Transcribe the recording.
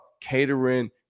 catering